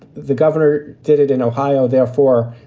the governor did it in ohio. therefore,